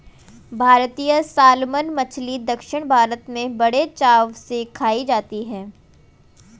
भारतीय सालमन मछली दक्षिण भारत में बड़े चाव से खाई जाती है